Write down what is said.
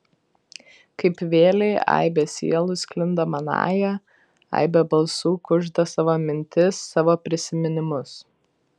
kaip vėlei aibė sielų sklinda manąja aibė balsų kužda savo mintis savo prisiminimus